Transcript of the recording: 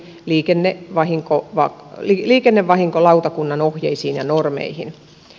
liikenne vahinko osin liikennevahinkolautakunnan ohjeisiin ja normeihin